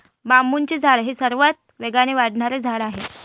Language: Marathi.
बांबूचे झाड हे सर्वात वेगाने वाढणारे झाड आहे